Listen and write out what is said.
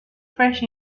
fresh